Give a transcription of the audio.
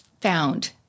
found